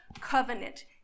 covenant